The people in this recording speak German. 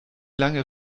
lange